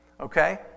Okay